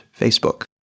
Facebook